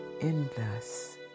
endless